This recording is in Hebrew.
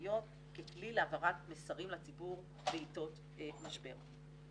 חברתיות ככלי להעברת מסרים לציבור בעיתות משבר.